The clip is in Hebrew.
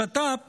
השת"פ